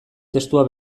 testua